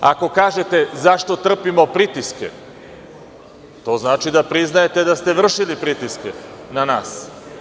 Ako kažete – zašto trpimo pritiske, to znači da priznajete da ste vršili pritiske na nas.